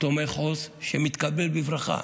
תומך עו"ס, שמתקבל בברכה.